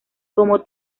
como